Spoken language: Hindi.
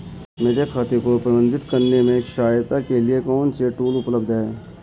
मेरे खाते को प्रबंधित करने में सहायता के लिए कौन से टूल उपलब्ध हैं?